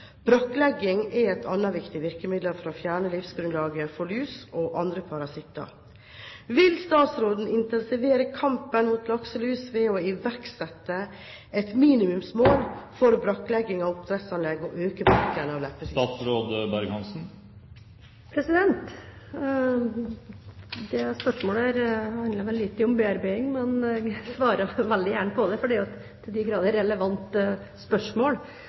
er et annet viktig virkemiddel for å fjerne livsgrunnlaget for lus og andre parasitter. Vil statsråden intensivere kampen mot lakselus ved å iverksette et minimumsmål for brakklegging av oppdrettsanlegg og øke bruken av leppefisk? Det spørsmålet handler lite om bearbeiding, men jeg svarer veldig gjerne på det, for det er et til de grader relevant spørsmål.